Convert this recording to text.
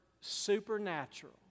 supernatural